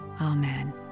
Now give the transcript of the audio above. amen